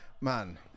Man